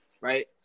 Right